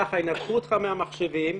ינתקו אותך מהמחשבים,